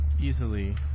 easily